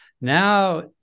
Now